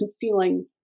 feeling